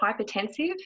hypertensive